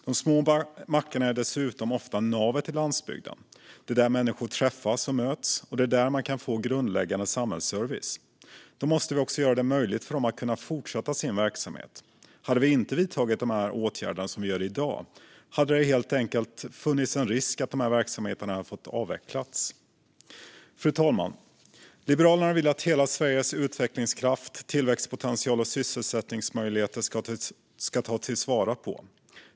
De små mackarna är dessutom ofta navet på landsbygden. Det är där människor träffas, och det är där man kan få grundläggande samhällsservice. Vi måste därför göra det möjligt för dem att kunna fortsätta sin verksamhet. Om vi inte hade vidtagit dessa åtgärder som vi gör i dag hade det funnits en risk att verksamheterna helt enkelt hade fått avvecklas. Fru talman! Liberalerna vill att hela Sveriges utvecklingskraft, tillväxtpotential och sysselsättningsmöjligheter ska tas till vara.